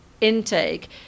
intake